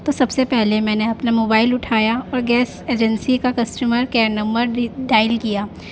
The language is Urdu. تو سب سے پہلے میں نے اپنا موبائل اٹھایا اور گیس ایجنسی کا کسٹمر کیئر نمبر ڈائل کیا